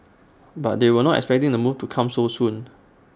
but they were not expecting the move to come so soon